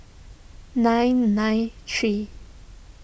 nine nine three